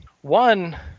One